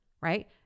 right